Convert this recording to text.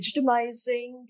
legitimizing